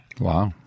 Wow